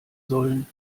sollen